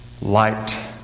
Light